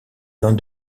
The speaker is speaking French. vins